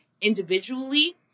individually